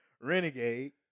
Renegade